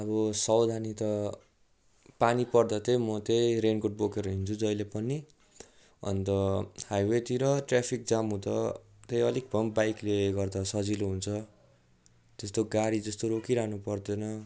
अब सावधानी त पानी पर्दा चाहिँ म चाहिँ रेनकोट बोकेर हिँड्छु जहिल्यै पनि अन्त हाइवेतिर ट्राफिक जाम हुँदा चाहिँ अलिक भए पनि बाइकले गर्दा सजिलो हुन्छ त्यस्तो गाडीजस्तो रोकिरहनु पर्दैन